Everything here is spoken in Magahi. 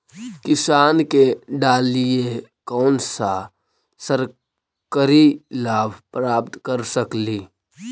किसान के डालीय कोन सा सरकरी लाभ प्राप्त कर सकली?